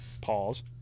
Pause